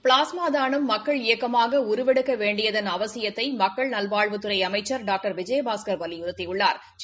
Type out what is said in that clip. plasma தானம் மக்கள் இயக்கமாக உருவெடுக்க வேண்டியதன் அவசியத்தை மக்கள் நல்வாழ்வுத்துறை அமைச்சா் டாக்டர் விஜயபாஸ்கா் வலியுறுத்தியுள்ளாா்